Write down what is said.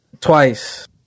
Twice